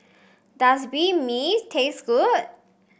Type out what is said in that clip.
does Banh Mi taste good